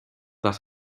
that